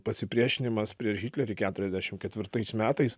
pasipriešinimas prieš hitlerį keturiasdešim ketvirtais metais